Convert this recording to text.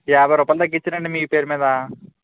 యాభై రూపాయలు తగ్గించ్చానండీ మీ పేరు మీద